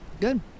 Good